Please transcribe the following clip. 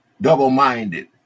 double-minded